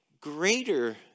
greater